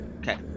okay